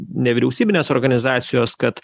nevyriausybinės organizacijos kad